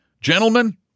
Gentlemen